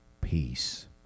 peace